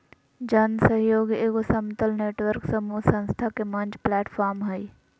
जन सहइोग एगो समतल नेटवर्क समूह संस्था के मंच प्लैटफ़ार्म हइ